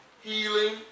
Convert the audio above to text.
healing